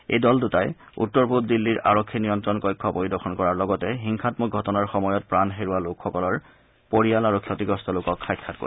এই দল দুটাই উত্তৰ পূব দিল্লীৰ আৰক্ষী নিয়ন্তণ কক্ষ পৰিদৰ্শন কৰাৰ লগতে হিংসামক ঘটনাৰ সময়ত প্ৰাণ হেৰুওৱা লোকসকলৰ পৰিয়ালবৰ্গ আৰু ক্ষতি লোকক সাক্ষাৎ কৰিব